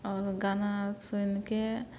आओर गाना आर सुनिके